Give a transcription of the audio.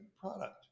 product